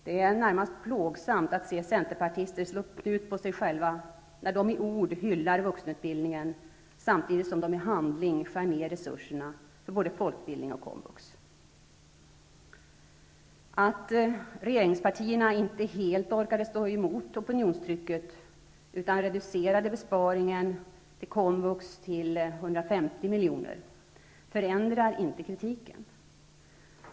Det är närmast plågsamt att se centerpartister slå knut på sig själva när de i ord hyllar vuxenutbildningen, samtidigt som de i handling skär ned resurserna för både folkbildning och komvux. Att regeringspartierna inte helt orkade stå emot opinionstrycket utan reducerade besparingen till komvux till 150 miljoner förändrar inte kritiken.